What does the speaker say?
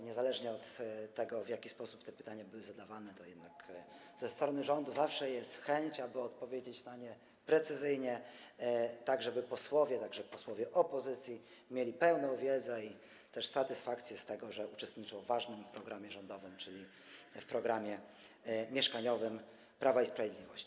Niezależnie od tego, w jaki sposób te pytania były zadawane, to jednak po stronie rządu zawsze jest chęć, aby odpowiedzieć na nie precyzyjnie, tak żeby posłowie, także posłowie opozycji, mieli pełną wiedzę i też satysfakcję z tego, że uczestniczą w ważnym programie rządowym, czyli w programie mieszkaniowym Prawa i Sprawiedliwości.